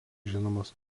žinomas